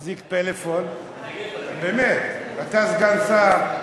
מחזיק פלאפון, באמת, אתה סגן שר,